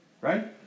Right